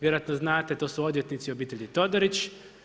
Vjerojatno znate, to su odvjetnici obitelji Todorić.